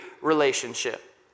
relationship